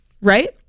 right